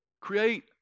Create